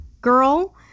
girl